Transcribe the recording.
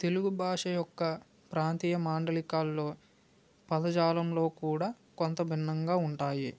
తెలుగు భాష యొక్క ప్రాంతీయ మాండలికాలలో పదజాలంలో కూడా కొంత భిన్నంగా ఉంటాయి